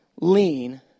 lean